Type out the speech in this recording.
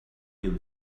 him